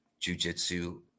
jujitsu